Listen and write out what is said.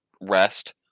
rest